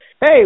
hey